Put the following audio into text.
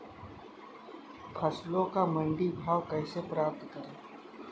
फसलों का मंडी भाव कैसे पता करें?